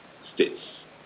states